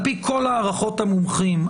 על-פי כל הערכות המומחים,